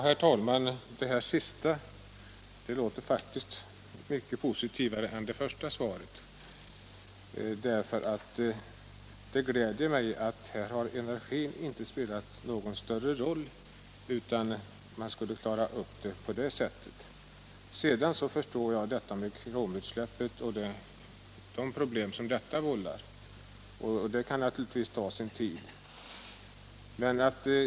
Herr talman! Detta sista låter faktiskt mycket positivare än det första svaret. Det gläder mig att frågan om energin inte spelat någon större roll. Jag förstår de problem som kromutsläppet vållar och att en utredning naturligtvis kan ta sin tid.